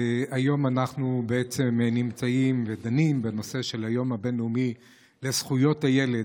היום אנחנו דנים בנושא של היום הבין-לאומי לזכויות הילד.